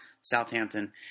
Southampton